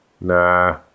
Nah